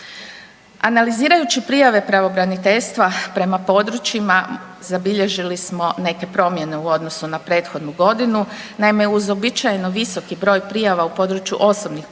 Analizirajući prijave pravobraniteljstva prema područjima zabilježili smo neke promjene u odnosu na prethodnu godinu. Naime uz uobičajeno visoki broj prijava u području osobnih